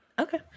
okay